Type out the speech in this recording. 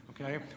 Okay